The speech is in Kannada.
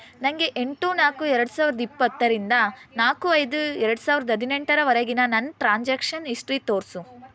ನಂಗೆ ಎಂಟು ನಾಲ್ಕು ಎರಡು ಸಾವಿರ್ದ ಇಪ್ಪತ್ತರಿಂದ ನಾಲ್ಕು ಐದು ಎರಡು ಸಾವಿರ್ದ ಹದಿನೆಂಟರವರೆಗಿನ ನನ್ನ ಟ್ರಾನ್ಸಾಕ್ಷನ್ ಇಸ್ಟ್ರಿ ತೋರಿಸು